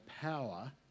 power